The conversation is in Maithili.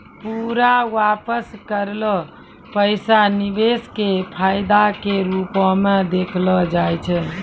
पूरा वापस करलो पैसा निवेश के फायदा के रुपो मे देखलो जाय छै